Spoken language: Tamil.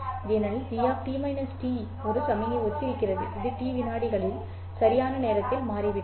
ஏனெனில் g ஒரு சமிக்ஞைக்கு ஒத்திருக்கிறது இது T வினாடிகளில் சரியான நேரத்தில் மாறிவிட்டது